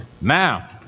now